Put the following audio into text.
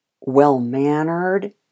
well-mannered